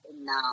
now